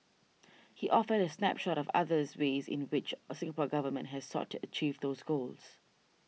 he offered a snapshot of others ways in which a Singapore Government has sought to achieve those goals